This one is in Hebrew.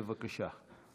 בבקשה.